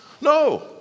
No